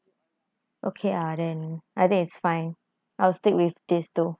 okay ah then I think it's fine I'll stick with this though